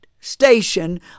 station